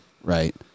Right